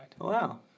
wow